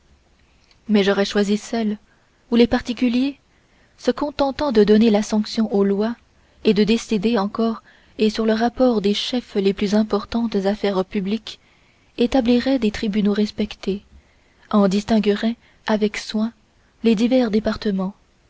mais j'aurais choisi celle où les particuliers se contentant de donner la sanction aux lois et de décider en corps et sur le rapport des chefs les plus importantes affaires publiques établiraient des tribunaux respectés en distingueraient avec soin les divers départements